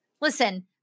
Listen